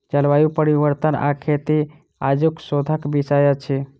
जलवायु परिवर्तन आ खेती आजुक शोधक विषय अछि